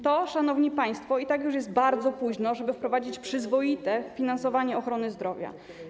To, szanowni państwo, i tak już jest bardzo późno, żeby wprowadzić przyzwoite finansowanie ochrony zdrowia.